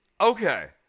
okay